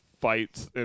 fights